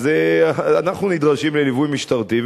אז אנחנו נדרשים לליווי משטרתי,